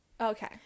Okay